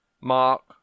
Mark